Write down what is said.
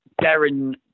Darren